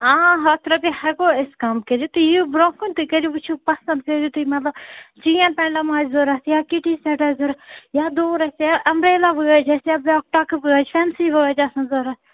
آ ہَتھ رۄپیہِ ہٮ۪کو أسۍ کَم کٔرِتھ تُہۍ یِیِو برٛونٛہہ کُن تُہۍ کٔرِو وٕچھِو پَسَنٛد کٔرِو تُہۍ مطلب چین پٮ۪نٛڈلَم ما آسہِ ضوٚرَتھ یا کِٹی سٮ۪ٹ آسہِ ضوٚرَتھ یا دوٗر آسہِ یا امبریلا وٲج آسہِ یا بیٛاکھ ٹۄکہٕ وٲج فٮ۪نسی وٲج آسَن ضوٚرَتھ